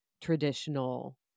traditional